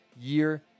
year